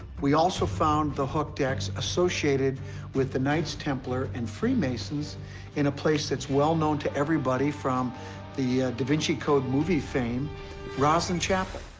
we also found the hooked x associated with the knights templar and freemasons in a place that's well-known to everybody from the da vinci code movie fame rosslyn chapel.